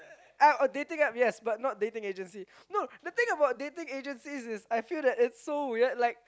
uh dating app yes but not dating agencies no the thing about dating agencies is I feel that it's so weird like